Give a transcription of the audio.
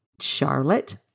Charlotte